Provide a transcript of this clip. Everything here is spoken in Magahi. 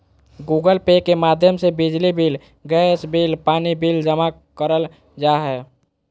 गूगल पे के माध्यम से बिजली बिल, गैस बिल, पानी बिल जमा करल जा हय